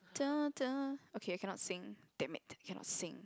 okay I cannot sing damn it cannot sing